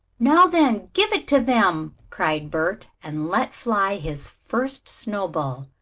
now then, give it to them! cried bert, and let fly his first snowball,